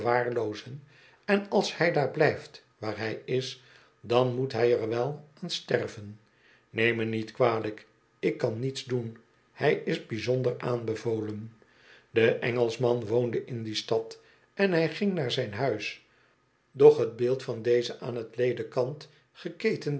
en als hij daar blijft waar hij is dan moet hij er wel aan sterven neem me niet kwalijk ik kan niets doen hij is bijzonder aanbevolen de engelschman woonde in die stad en hij ging naar zijn huis doch t beeld van dezen aan t ledekant